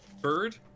bird